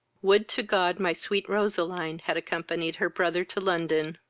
would to god my sweet roseline had accompanied her brother to london!